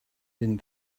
didn’t